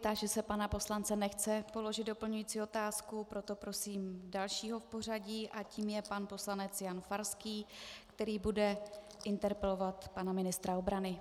Táži se pana poslance nechce položit doplňující otázku, proto prosím dalšího v pořadí a tím je pan poslanec Jan Farský, který bude interpelovat pana ministra obrany.